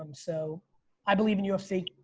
um so i believe in ufc,